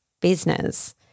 business